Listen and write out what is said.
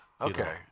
Okay